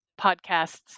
podcasts